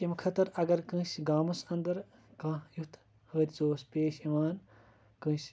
تمہِ خٲطرٕ اَگَر کٲنٛسہِ گامَس اَندَر کانٛہہ یُتھ حٲدسہٕ اوس پیش یِوان کٲنٛسہِ